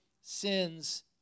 sins